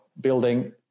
building